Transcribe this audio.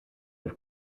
del